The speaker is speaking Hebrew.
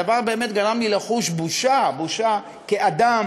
הדבר גרם לי לחוש בושה כאדם,